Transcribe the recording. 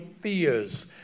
fears